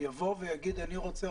יבוא ויגיד, אני רוצה